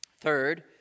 Third